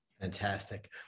Fantastic